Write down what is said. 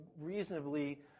reasonably